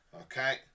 Okay